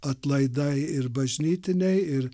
atlaidai ir bažnytiniai ir